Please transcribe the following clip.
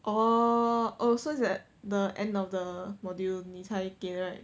oh so is that at the end of the module 你才给 right